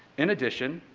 in addition,